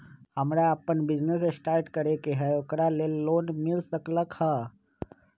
हमरा अपन business start करे के है ओकरा लेल लोन मिल सकलक ह?